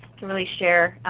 to really share